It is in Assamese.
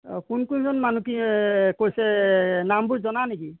অঁ কোন কোনজন মানুহ কৈছে নামবোৰ জানা নেকি